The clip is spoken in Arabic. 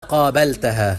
قابلتها